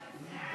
נחמן שי,